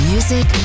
Music